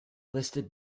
listed